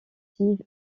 steve